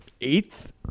eighth